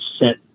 set